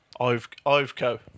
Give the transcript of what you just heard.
Iveco